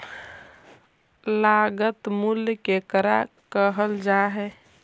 लागत मूल्य केकरा कहल जा हइ?